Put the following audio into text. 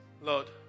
Lord